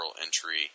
entry